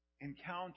encounter